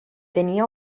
tenia